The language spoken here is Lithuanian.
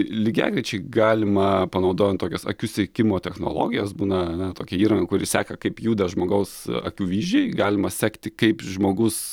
lygiagrečiai galima panaudojant tokias akių sekimo technologijas būna tokia įranga kuri seka kaip juda žmogaus akių vyzdžiai galima sekti kaip žmogus